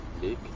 big